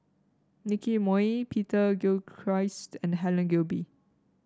Nicky Moey Peter Gilchrist and Helen Gilbey